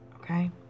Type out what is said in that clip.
Okay